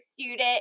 student